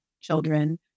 children